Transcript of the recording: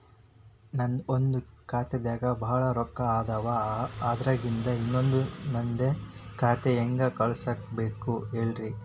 ನನ್ ಒಂದ್ ಖಾತ್ಯಾಗ್ ಭಾಳ್ ರೊಕ್ಕ ಅದಾವ, ಅದ್ರಾಗಿಂದ ಇನ್ನೊಂದ್ ನಂದೇ ಖಾತೆಗೆ ಹೆಂಗ್ ಕಳ್ಸ್ ಬೇಕು ಹೇಳ್ತೇರಿ?